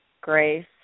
grace